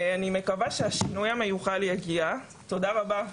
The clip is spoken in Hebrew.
ואני מקווה שהשינוי המיוחל יגיע, תודה רבה.